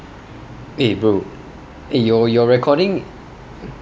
eh bro eh your your recording